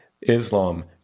Islam